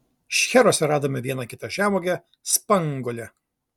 šcheruose radome vieną kitą žemuogę spanguolę